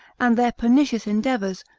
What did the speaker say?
and their pernicious endeavours,